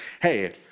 hey